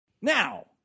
Now